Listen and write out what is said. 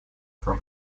from